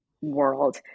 world